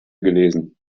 gelesen